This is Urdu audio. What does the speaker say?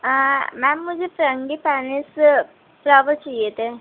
میم مجھے فرنگی پینسی فلاور چاہیے تھے